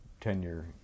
tenure